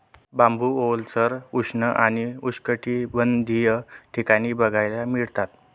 बांबू ओलसर, उष्ण आणि उष्णकटिबंधीय ठिकाणी बघायला मिळतात